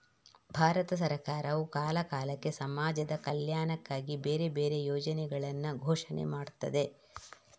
ಭಾರತ ಸರಕಾರವು ಕಾಲ ಕಾಲಕ್ಕೆ ಸಮಾಜದ ಕಲ್ಯಾಣಕ್ಕಾಗಿ ಬೇರೆ ಬೇರೆ ಯೋಜನೆಗಳನ್ನ ಘೋಷಣೆ ಮಾಡ್ತದೆ